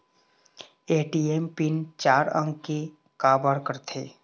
ATM PIN चार अंक के का बर करथे?